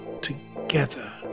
together